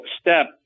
step